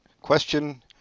Question